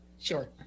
Sure